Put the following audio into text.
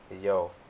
Yo